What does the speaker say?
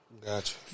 gotcha